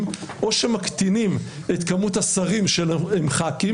או שמקטינים את כמות השרים שהם חברי כנסת.